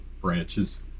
branches